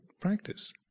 practice